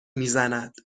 میزند